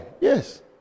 Yes